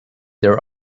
their